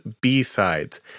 B-sides